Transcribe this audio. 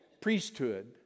priesthood